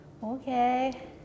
Okay